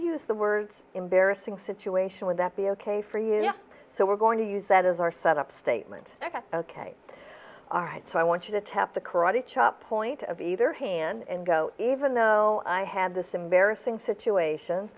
use the words embarrassing situation with that be ok for you so we're going to use that as our set up statement ok all right so i want you to tap the karate chop point of either hand and go even though i have this embarrassing situation